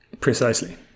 Precisely